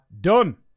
done